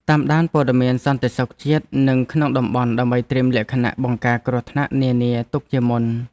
តាមដានព័ត៌មានសន្តិសុខជាតិនិងក្នុងតំបន់ដើម្បីត្រៀមលក្ខណៈបង្ការគ្រោះថ្នាក់នានាទុកជាមុន។